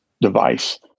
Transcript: device